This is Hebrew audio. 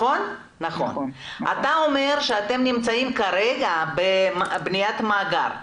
אתה אומר שאתם נמצאים כרגע בבניית מאגר.